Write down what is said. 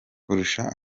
kurusha